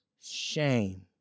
Shame